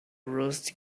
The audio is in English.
rusty